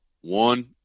One